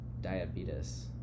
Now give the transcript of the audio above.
diabetes